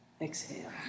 Exhale